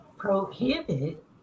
prohibit